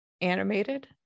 animated